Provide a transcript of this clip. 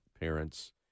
parents